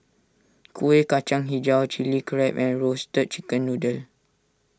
Kuih Kacang HiJau Chili Crab and Roasted Chicken Noodle